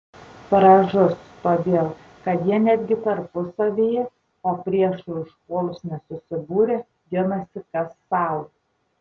pražus todėl kad jie netgi tarpusavyje o priešui užpuolus nesusibūrę ginasi kas sau